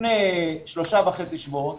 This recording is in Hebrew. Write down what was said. לפני שלושה וחצי שבועות